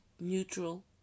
neutral